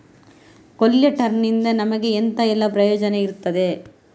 ಕೊಲ್ಯಟರ್ ನಿಂದ ನಮಗೆ ಎಂತ ಎಲ್ಲಾ ಪ್ರಯೋಜನ ಇರ್ತದೆ?